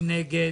מי נגד?